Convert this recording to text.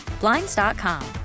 Blinds.com